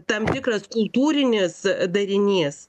tam tikras kultūrinis darinys